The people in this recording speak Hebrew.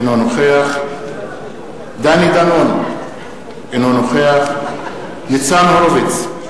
אינו נוכח דני דנון, אינו נוכח ניצן הורוביץ,